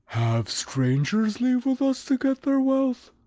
have strangers leave with us to get their wealth?